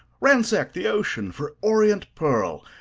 ransack the ocean for orient pearl,